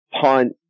punt